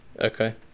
Okay